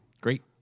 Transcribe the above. Great